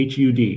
hud